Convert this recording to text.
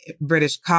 British